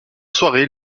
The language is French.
soirée